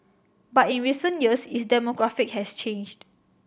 but in recent years its demographic has changed